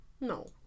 No